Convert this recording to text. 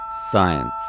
science